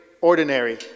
ordinary